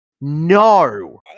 No